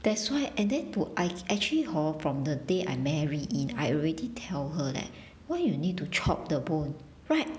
that's why and then to I actually hor from the day I marry in I already tell her leh why you need to chop the bone right